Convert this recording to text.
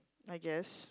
I guess